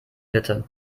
bitte